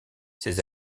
ses